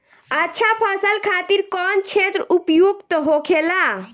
अच्छा फसल खातिर कौन क्षेत्र उपयुक्त होखेला?